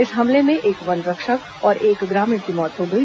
इस हमले में एक वनरक्षक और एक ग्रामीण की मौत हो गई